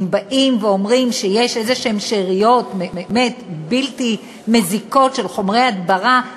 אם באים ואומרים שיש איזה שאריות בלתי מזיקות של חומרי הדברה,